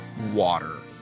water